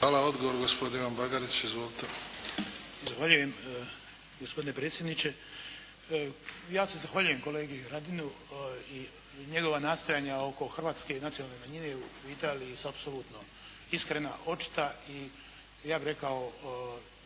Hvala. Odgovor gospodin Bagarić. Izvolite! **Bagarić, Ivan (HDZ)** Gospodine predsjedniče! Ja se zahvaljujem kolegi Radinu i njegova nastojanja oko hrvatske nacionalne manjine u Italiji su apsolutno iskrena, očita i ja bi rekao